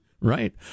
Right